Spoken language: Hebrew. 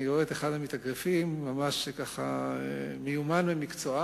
אני רואה את אחד המתאגרפים, ממש מיומן ומקצוען,